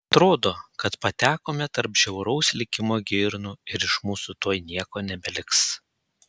atrodo kad patekome tarp žiauraus likimo girnų ir iš mūsų tuoj nieko nebeliks